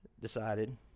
decided